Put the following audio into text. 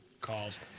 calls